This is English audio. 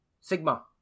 Sigma